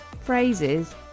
phrases